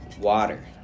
water